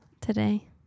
today